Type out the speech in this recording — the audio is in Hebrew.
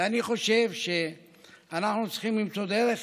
ואני חושב שאנחנו צריכים למצוא דרך